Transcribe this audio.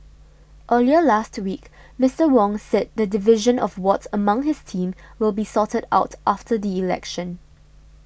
earlier last week Mister Wong said the division of wards among his team will be sorted out after the election